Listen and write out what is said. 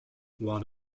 one